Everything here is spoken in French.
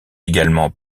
également